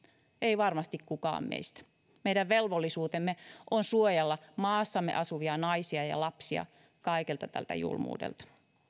ei varmasti kukaan meistä meidän velvollisuutemme on suojella maassamme asuvia naisia ja lapsia kaikelta tältä julmuudelta